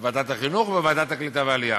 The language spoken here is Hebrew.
בוועדת החינוך או בוועדת העלייה והקליטה?